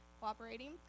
cooperating